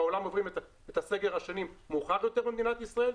בעולם עוברים את הסגר השני מאוחר יותר ממדינת ישראל,